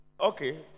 Okay